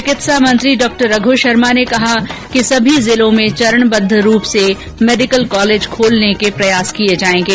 चिकित्सा मंत्री डॉ रघू शर्मा ने कहा कि सभी जिलों में चरबद्ध रूप से मेडिकल कॉलेज खोलने के प्रयास किये जायेंगे